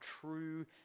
true